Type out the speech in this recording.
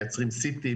מייצרים סי.טי,